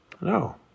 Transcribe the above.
no